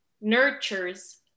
nurtures